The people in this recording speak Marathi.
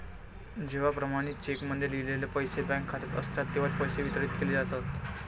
जेव्हा प्रमाणित चेकमध्ये लिहिलेले पैसे बँक खात्यात असतात तेव्हाच पैसे वितरित केले जातात